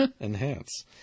Enhance